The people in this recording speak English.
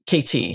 KT